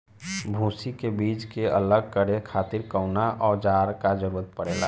भूसी से बीज के अलग करे खातिर कउना औजार क जरूरत पड़ेला?